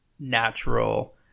natural